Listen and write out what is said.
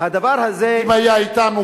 אם היה אתם,